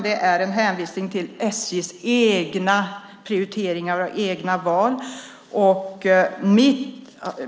Det här är en hänvisning till SJ:s egna prioriteringar och egna val.